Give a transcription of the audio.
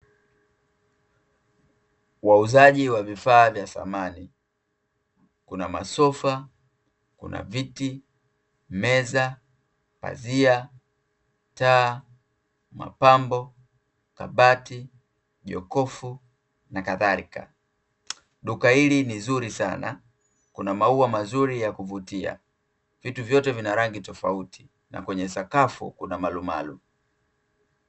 Wauzaji wa vifaa vya samani kuna masofa, kuna viti, meza, pazia, taa, mapambo, kabati, jokofu na kadhalika. Duka hili ni zuri sana, kuna maua mazuri ya kuvutia vitu vyote vina rangi tofauti na kwenye sakafu kuna marumaru.